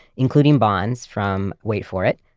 including bonds from wait for it,